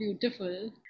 beautiful